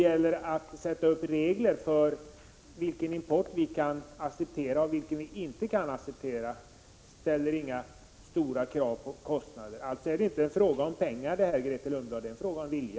Och att sätta upp regler för vilken import vi kan acceptera och vilken vi inte kan acceptera ställer inga höga krav på kostnader. Alltså är detta inte en fråga om pengar, Grethe Lundblad, utan en fråga om vilja.